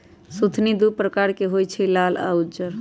सुथनि दू परकार के होई छै लाल आ उज्जर